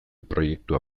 proiektua